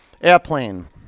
Airplane